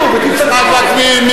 חבר הכנסת יצחק וקנין,